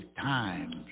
times